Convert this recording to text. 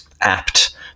apt